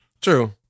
true